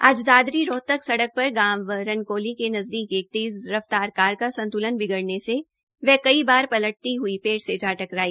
आज दादरी रोहतक सड़क पर गांव रनकोली के नज़दीक एक तेज़ रफ्तार कार का संतुलन गिड़ने से वह कई बार पलटती ह्ई पेड़ से जा टकराई